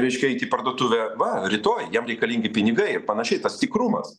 reiškia eit į parduotuvę va rytoj jam reikalingi pinigai ir panašiai tas tikrumas